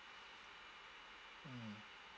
mm